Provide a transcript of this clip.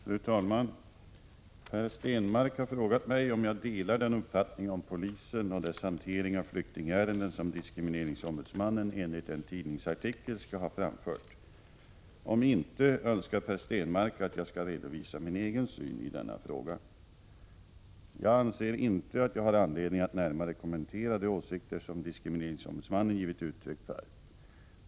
Fru talman! Per Stenmarck har frågat mig om jag delar den uppfattning om polisen och dess hantering av flyktingärenden som diskrimineringsombudsmannen enligt en tidningsartikel skall ha framfört. Om inte, önskar Per Stenmarck att jag skall redovisa min egen syn i denna fråga. Jag anser inte att jag har anledning att närmare kommentera de åsikter som diskrimineringsombudsmannen givit uttryck för.